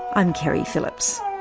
i'm keri phillips